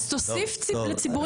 אז תוסיף לציבורי רופאים.